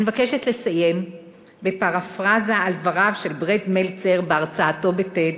אני מבקשת לסיים בפרפראזה על דבריו של בראד מלצר בהרצאתו ב-TED